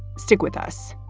stick with us